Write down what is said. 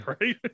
Right